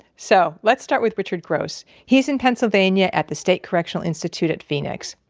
so, let's start with richard gross. he's in pennsylvania at the state correctional institute at phoenix.